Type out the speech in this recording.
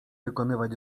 wykonywać